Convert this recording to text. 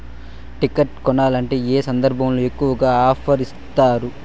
Tractor కొనాలంటే ఏ సందర్భంలో ఎక్కువగా ఆఫర్ ఇస్తారు?